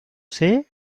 say